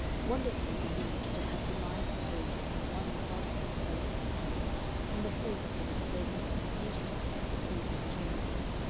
wonderfully relieved to have her mind engaged upon one methodically developing theme in the place of the discursive uncertainties of the previous two months,